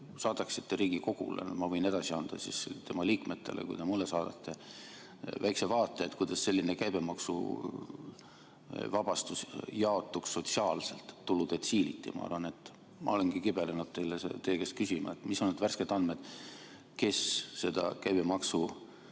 saadaksite Riigikogule, ma võin selle edasi anda tema liikmetele, kui te mulle selle saadate – väikse vaate, kuidas selline käibemaksuvabastus jaotuks sotsiaalselt tuludetsiiliti. Ma olengi kibelenud teie käest küsima, mis on värsked andmed, kes seda käibemaksu